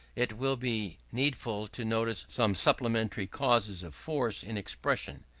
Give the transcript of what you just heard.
it will be needful to notice some supplementary causes of force in expression,